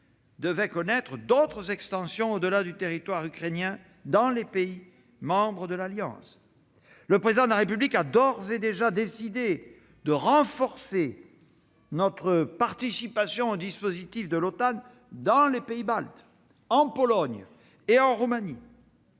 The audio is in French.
devait connaître d'autres extensions au-delà du territoire ukrainien, dans les pays membres de l'Alliance. Le Président de la République a d'ores et déjà décidé de renforcer notre participation au dispositif de l'OTAN dans les pays baltes, en Pologne et en Roumanie.